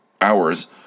hours